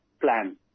plan